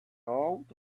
road